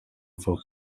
for